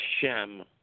sham